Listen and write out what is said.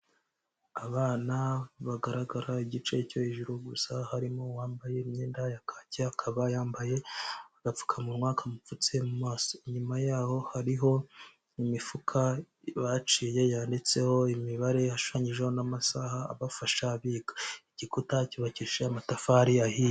Abana bagaragara igice cyo hejuru gusa harimo uwambaye imyenda ya kake akaba yambaye agapfukamunwa kamupfutse mu maso, inyuma yaho hariho imifuka baciye yanditseho imibare hashushanyijeho n'amasaha abafasha biga, igikuta cyubakishije amatafari ahiye.